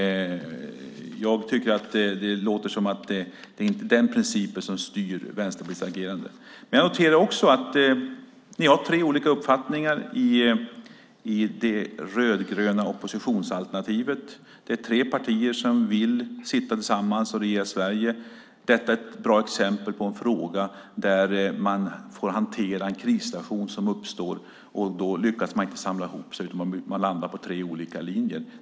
Jag tycker att det låter som att det inte är den principen som styr Vänsterpartiets agerande. Jag noterar att ni har tre olika uppfattningar i det rödgröna oppositionsalternativet. Det är tre partier som vill regera tillsammans. Detta är ett bra exempel på en fråga där man får hantera en krissituation, och man lyckas inte samla ihop sig. Man landar på tre olika linjer.